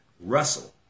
Russell